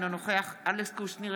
אינו נוכח אלכס קושניר,